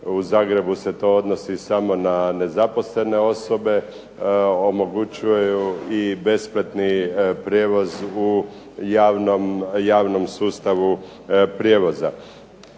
u Zagrebu se to odnosi samo na nezaposlene osobe omogućuju i besplatni prijevoz u javnom sustavu prijevoza.